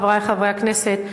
חברי חברי הכנסת,